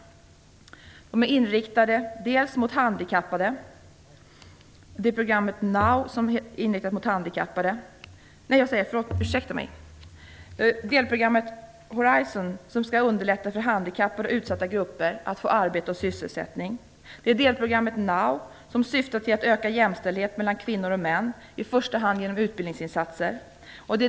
Delprogrammet Horizon skall underlätta för handikappade och utsatta grupper att få arbete och sysselsättning. Delprogrammet Now syftar till att öka jämställdheten mellan kvinnor och män, i första hand genom utbildningsinsatser.